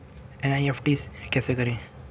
NEFT कैसे करें?